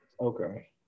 Okay